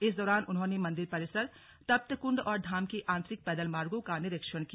इस दौरान उन्होंने मंदिर परिसर तप्तकुण्ड और धाम के आंतरिक पैदल मार्गो का निरीक्षण किया